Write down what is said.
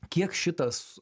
kiek šitas